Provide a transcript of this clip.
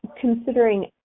considering